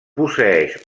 posseeix